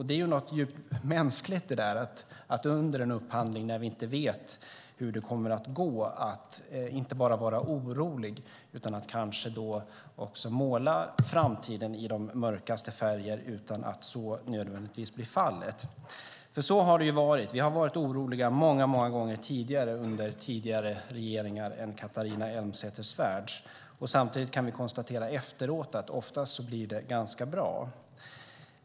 Det är något djupt mänskligt att, under en upphandling när vi inte vet hur det kommer att gå, inte bara vara orolig utan kanske också måla framtiden i de mörkaste färger utan att så nödvändigtvis blir fallet. Så har det varit. Vi har varit oroliga många gånger tidigare under tidigare regeringar än Catharina Elmsäter-Svärds. Samtidigt kan vi efteråt konstatera att det oftast blir ganska bra.